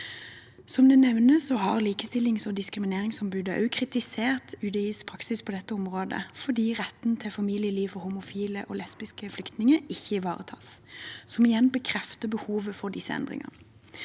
Likestillings- og diskrimineringsombudet også kritisert UDIs praksis på dette området, fordi retten til familieliv for homofile og lesbiske flyktninger ikke ivaretas, noe som igjen bekrefter behovet for disse endringene.